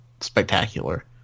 spectacular